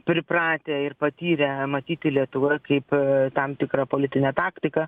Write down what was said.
pripratę ir patyrę matyti lietuvoje kaip tam tikrą politinę taktiką